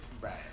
right